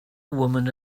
woman